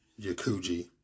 Yakuji